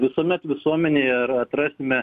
visuomet visuomenėje ar atrasime